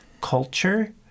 culture